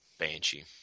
banshee